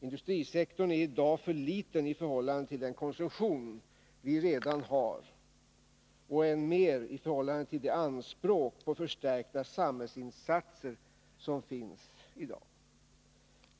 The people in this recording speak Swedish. Industrisektorn är f. n. för liten i förhållande till den konsumtion vi redan har och, än mer, i förhållande till de anspråk på förstärkta samhällsinsatser som finns i dag.